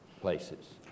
places